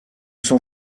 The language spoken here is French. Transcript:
sont